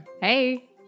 hey